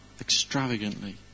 extravagantly